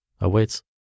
awaits